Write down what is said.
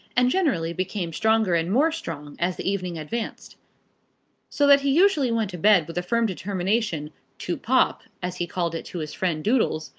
and generally became stronger and more strong as the evening advanced so that he usually went to bed with a firm determination to pop, as he called it to his friend doodles,